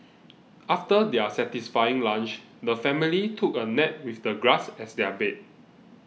after their satisfying lunch the family took a nap with the grass as their bed